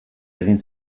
egin